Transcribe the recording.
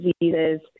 diseases